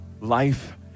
Life